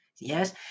Yes